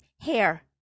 hair